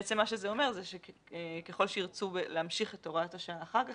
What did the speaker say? זה אומר שככל שירצו להמשיך את הוראת השעה אחר כך,